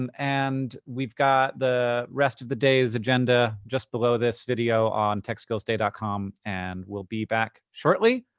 um and we've got the rest of the day's agenda just below this video on techskillsday dot com and we'll be back shortly,